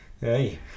hey